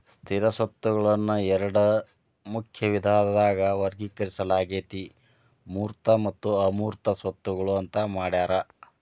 ಸ್ಥಿರ ಸ್ವತ್ತುಗಳನ್ನ ಎರಡ ಮುಖ್ಯ ವಿಧದಾಗ ವರ್ಗೇಕರಿಸಲಾಗೇತಿ ಮೂರ್ತ ಮತ್ತು ಅಮೂರ್ತ ಸ್ವತ್ತುಗಳು ಅಂತ್ ಮಾಡ್ಯಾರ